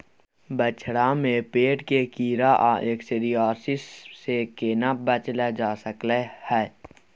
बछरा में पेट के कीरा आ एस्केरियासिस से केना बच ल जा सकलय है?